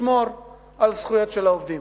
לשמור על זכויות העובדים.